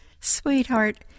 Sweetheart